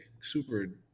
super